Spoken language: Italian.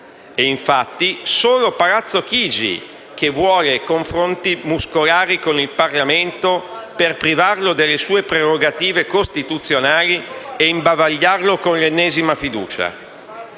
È infatti solo Palazzo Chigi che vuole confronti muscolari con il Parlamento per privarlo delle sue prerogative costituzionali e imbavagliarlo con l'ennesima fiducia.